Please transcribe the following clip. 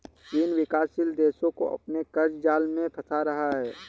चीन विकासशील देशो को अपने क़र्ज़ जाल में फंसा रहा है